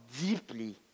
deeply